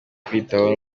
kwitaho